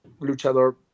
luchador